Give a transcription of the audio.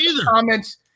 comments